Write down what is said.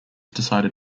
decided